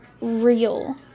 real